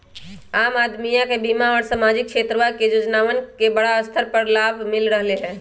आम अदमीया के बीमा और सामाजिक क्षेत्रवा के योजनावन के बड़ा स्तर पर लाभ मिल रहले है